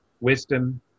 Wisdom